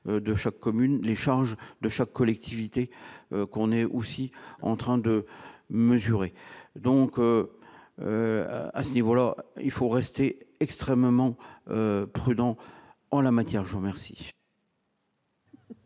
de chaque commune : l'échange de chaque collectivité qu'on est aussi en train de mesurer, donc à ce niveau-là, il faut rester extrêmement prudent en la matière, Jean merci.